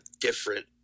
different